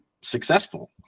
successful